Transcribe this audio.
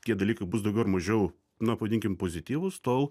tie dalykai bus daugiau ar mažiau na pavadinkim pozityvūs tol